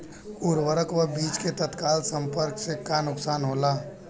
उर्वरक व बीज के तत्काल संपर्क से का नुकसान होला?